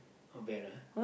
not bad ah